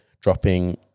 dropping